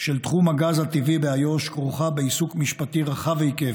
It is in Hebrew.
של תחום הגז הטבעי באיו"ש כרוכה בעיסוק משפטי רחב היקף: